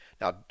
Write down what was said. Now